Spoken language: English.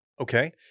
Okay